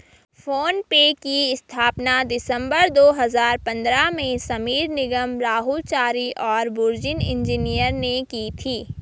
phone पे की स्थापना दिसंबर दो हजार पन्द्रह में समीर निगम, राहुल चारी और बुर्जिन इंजीनियर ने की थी